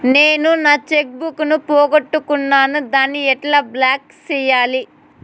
నేను నా cheque book ను పోగొట్టుకున్నాను దాన్ని ఎట్లా బ్లాక్ సేయాలి?